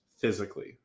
physically